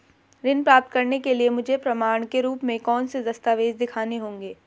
ऋण प्राप्त करने के लिए मुझे प्रमाण के रूप में कौन से दस्तावेज़ दिखाने होंगे?